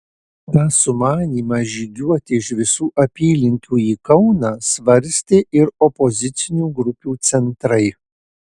tą sumanymą žygiuoti iš visų apylinkių į kauną svarstė ir opozicinių grupių centrai